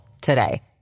today